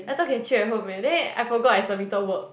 I thought can chill at home eh then I forgot I submitted work